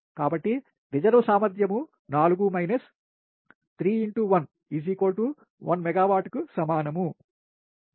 కాబట్టి రిజర్వ్ సామర్థ్యం 4 minus 3 x1 one megawatt కు సమానం